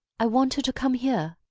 i want her to come here.